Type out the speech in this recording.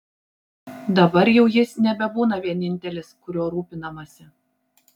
dabar jau jis nebebūna vienintelis kuriuo rūpinamasi